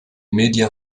médias